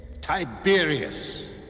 Tiberius